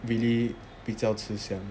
really 比较吃香